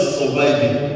surviving